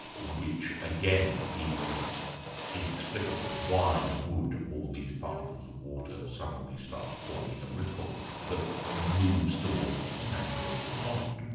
which again is inexplicable. why would all these particles of water suddenly start forming a ripple that moves towards the centre of the pond?